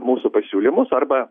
mūsų pasiūlymus arba